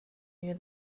near